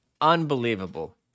Unbelievable